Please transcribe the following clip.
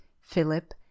Philip